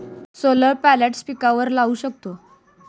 solar plates पिकांवर लाऊ शकतो